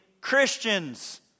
Christians